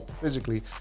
physically